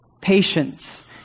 patience